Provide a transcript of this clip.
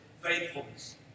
faithfulness